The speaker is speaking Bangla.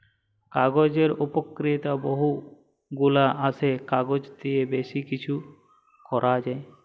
কাগজের উপকারিতা বহু গুলা আসে, কাগজ দিয়ে বেশি কিছু করা যায়